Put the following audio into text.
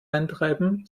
eintreiben